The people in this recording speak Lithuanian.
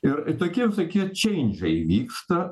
ir tokie sakyt čeindžai vyksta